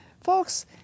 Folks